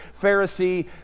Pharisee